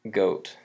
goat